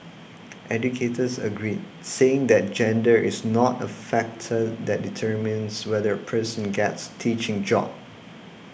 educators agreed saying that gender is not a factor that determines whether a person gets teaching job